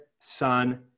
Son